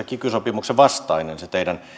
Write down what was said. kiky sopimuksen vastainen se teidän